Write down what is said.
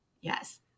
Yes